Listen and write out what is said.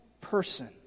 person